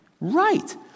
Right